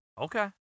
Okay